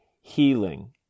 Healing